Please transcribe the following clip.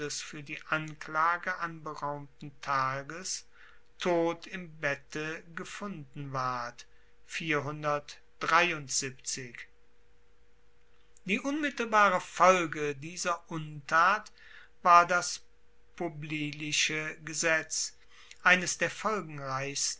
fuer die anklage anberaumten tages tot im bette gefunden ward die unmittelbare folge dieser untat war das publilische gesetz eines der